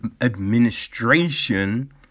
administration